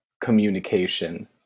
communication